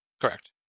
correct